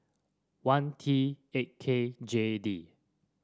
one T eight K J D